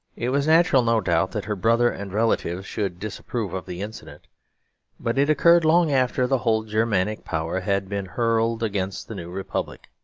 it was natural, no doubt, that her brother and relatives should disapprove of the incident but it occurred long after the whole germanic power had been hurled against the new republic.